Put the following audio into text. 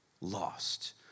lost